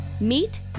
Meet